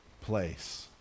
place